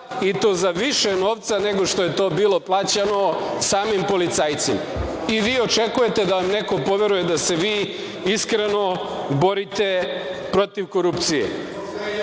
i to za više novca nego što je to bilo plaćano samim policajcima.I vi očekujete da vam neko poveruje da se vi iskreno borite protiv korupcije? Konačno,